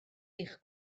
eich